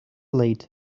late